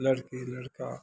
लड़की लड़का